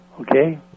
Okay